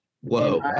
Whoa